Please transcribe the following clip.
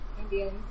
Indians